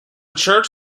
church